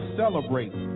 celebrate